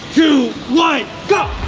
two, one, go.